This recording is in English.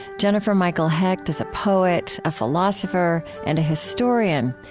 jennifer michael hecht is a poet, a philosopher, and a historian,